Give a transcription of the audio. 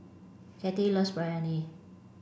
Cathie loves Biryani